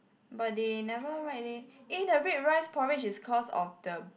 but they never write leh eh the red rice porridge is cause of the